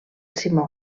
simó